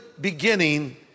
beginning